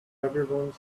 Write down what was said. everyone